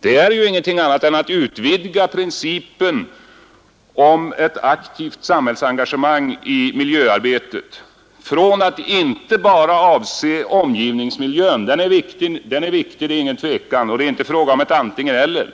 Det är ju inget annat än att utvidga principen om ett aktivt samhällsengagemang i miljöarbetet. Det gäller här inte bara omgivningsmiljön — som är mycket viktig, det är inget tvivel om det — och inte heller är det fråga om ett antingen—eller.